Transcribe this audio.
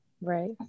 right